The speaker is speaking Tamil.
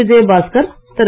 விஜய பாஸ்கர் திரு